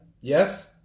Yes